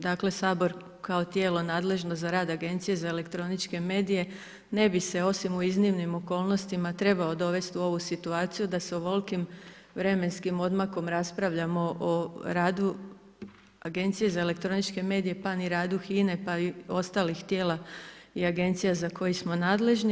Dakle, Sabor kao tijelo nadležno za rad Agencije za elektroničke medije ne bi se osim u iznimnim okolnostima trebao dovesti u ovu situaciju da s ovolikim vremenskim odmakom raspravljamo o radu Agencije za elektroničke medije, pa ni radu HINA-e pa i ostalih tijela i Agencija za koje smo nadležni.